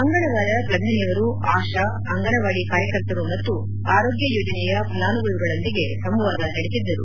ಮಂಗಳವಾರ ಪ್ರಧಾನಿಯವರು ಆಶಾ ಅಂಗನವಾಡಿ ಕಾರ್ಯಕರ್ತರು ಮತ್ತು ಆರೋಗ್ಯ ಯೋಜನೆಯ ಫಲಾನುಭವಿಗಳೊಂದಿಗೆ ಸಂವಾದ ನಡೆಸಿದ್ದರು